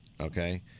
okay